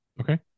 Okay